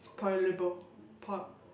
it's Paya-Lebar pa